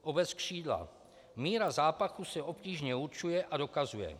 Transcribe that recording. Obec Křídla: Míra zápachu se obtížně určuje a dokazuje.